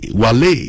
wale